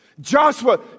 Joshua